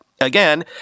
again